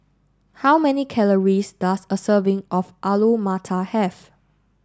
how many calories does a serving of Alu Matar have